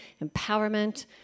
empowerment